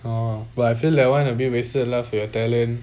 err but I feel that one a bit wasted lah for your talent